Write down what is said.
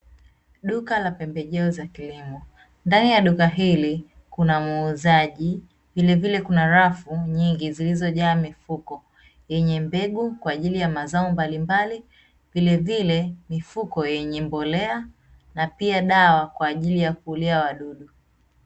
Duka la pembejeo za kilimo, ndani ya duka hili kuna muuzaji, vilevile kuna rafu nyingi zilizojaa mifuko yenye mbegu, kwa ajili ya mazao mbalimbali vilevile mifuko yenye mbolea na pia dawa kwa ajili ya kuulia wadudu.